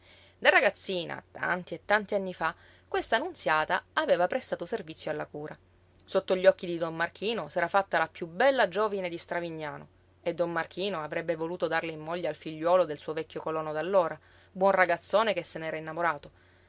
da ragazzina tanti e tanti anni fa questa nunziata aveva prestato servizio alla cura sotto gli occhi di don marchino s'era fatta la piú bella giovine di stravignano e don marchino avrebbe voluto darla in moglie al figliuolo del suo vecchio colono d'allora buon ragazzone che se n'era innamorato